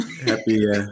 Happy